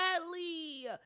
badly